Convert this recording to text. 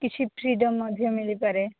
କିଛି ଫ୍ରିଡମ୍ ମଧ୍ୟ ମିଳିପାରେ